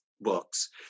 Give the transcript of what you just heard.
books